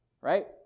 Right